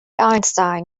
einstein